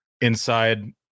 inside